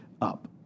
up